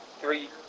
three